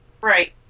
Right